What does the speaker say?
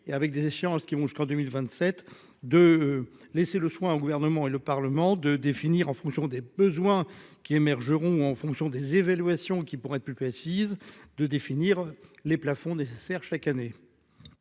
et avec des échéances qui vont jusqu'en 2027 de laisser le soin au gouvernement et le parlement de définir en fonction des besoins qui émergeront en fonction des évaluations qui pourrait être plus précise de définir les plafonds nécessaires chaque année.